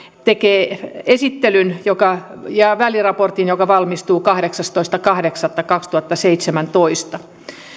tekee esittelyn ja väliraportin joka valmistuu kahdeksastoista kahdeksatta kaksituhattaseitsemäntoista